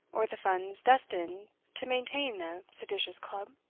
or the funds destined to maintain a seditious club?